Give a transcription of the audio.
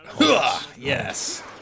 Yes